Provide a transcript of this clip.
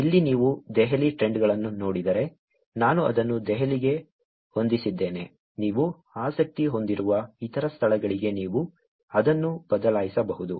ಇಲ್ಲಿ ನೀವು ದೆಹಲಿ ಟ್ರೆಂಡ್ಗಳನ್ನು ನೋಡಿದರೆ ನಾನು ಅದನ್ನು ದೆಹಲಿಗೆ ಹೊಂದಿಸಿದ್ದೇನೆ ನೀವು ಆಸಕ್ತಿ ಹೊಂದಿರುವ ಇತರ ಸ್ಥಳಗಳಿಗೆ ನೀವು ಅದನ್ನು ಬದಲಾಯಿಸಬಹುದು